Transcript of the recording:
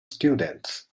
students